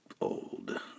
old